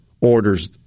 orders